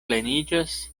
pleniĝas